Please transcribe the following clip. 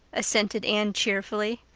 assented anne cheerfully.